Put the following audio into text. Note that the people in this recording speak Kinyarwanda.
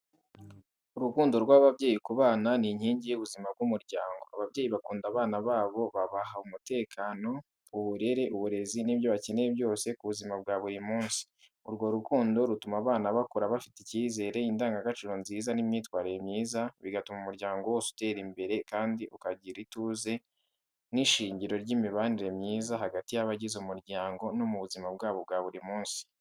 Urukundo rw’ababyeyi ku bana ni inkingi y’ubuzima bw’umuryango. Ababyeyi bakunda abana babo babaha umutekano, uburere, uburezi n’ibyo bakeneye byose ku buzima bwa buri munsi. Urwo rukundo rutuma abana bakura bafite icyizere, indangagaciro nziza n’imyitwarire myiza, bigatuma umuryango wose utera imbere kandi ukagira ituze. Ni ishingiro ry’imibanire myiza hagati y’abagize umuryango no mu buzima bwabo bwa buri munsi.